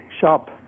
shop